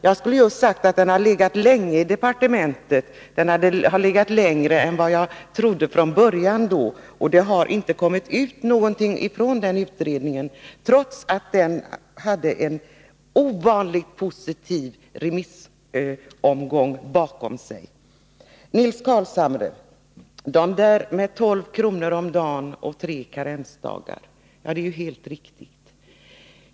Jag skulle just säga att utredningsresultatet har legat länge i departementet — det har alltså legat ännu längre än vad jag trodde — men det har inte kommit ut någonting från den utredningen, trots att den fått en ovanligt positiv remissomgång. Nils Carlshamre! Det där med 12 kr. i veckan och tre karensdagar är helt riktigt.